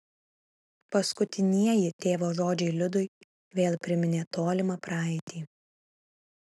paskutinieji tėvo žodžiai liudui vėl priminė tolimą praeitį